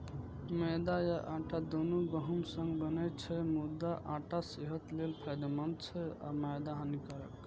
मैदा आ आटा, दुनू गहूम सं बनै छै, मुदा आटा सेहत लेल फायदेमंद छै आ मैदा हानिकारक